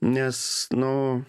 nes nu